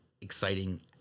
exciting